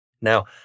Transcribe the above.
Now